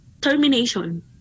Termination